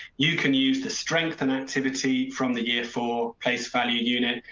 you can use the strength and activity from the year for place value unit,